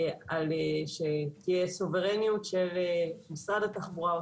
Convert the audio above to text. על זה שתהיה סוברניות של משרד התחבורה או